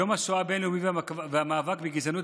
יום השואה הבין-לאומי והמאבק בגזענות